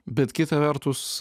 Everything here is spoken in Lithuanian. bet kita vertus